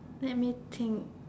let me think